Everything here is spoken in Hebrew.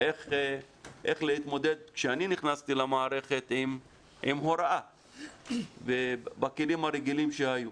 איך להתמודד כשאני נכנסתי למערכת עם הוראה בכלים הרגילים שהיו.